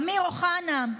אמיר אוחנה,